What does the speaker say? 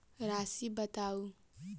राशि बताउ